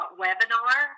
webinar